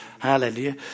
Hallelujah